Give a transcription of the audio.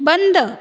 बंद